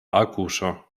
akuŝo